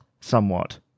somewhat